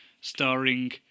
starring